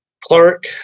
Clark